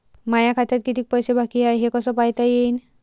माया खात्यात कितीक पैसे बाकी हाय हे कस पायता येईन?